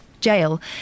jail